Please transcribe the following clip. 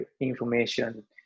information